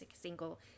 single